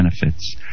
benefits